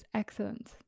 excellent